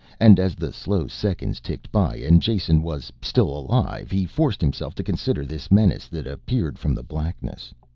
and as the slow seconds ticked by and jason was still alive he forced himself to consider this menace that appeared from the blackness.